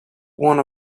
one